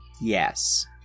Yes